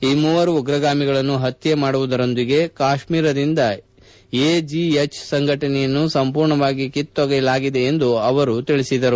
ಈ ಮೂವರು ಉಗ್ರಗಾಮಿಗಳನ್ನು ಹತ್ಯೆ ಮಾಡುವುದರೊಂದಿಗೆ ಕಾಶ್ಮೀರದಿಂದ ಎಜಿಹೆಚ್ ಸಂಘಟನೆಯನ್ನು ಸಂಪೂರ್ಣವಾಗಿ ಕಿತ್ತೊಗೆಯಲಾಗಿದೆ ಎಂದು ಅವರು ಹೇಳದರು